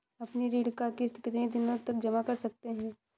अपनी ऋण का किश्त कितनी दिनों तक जमा कर सकते हैं?